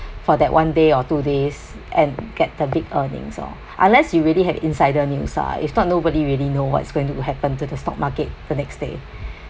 for that one day or two days and get the big earnings orh unless you really had insider news ah if not nobody really know what's going to happen to the stock market the next day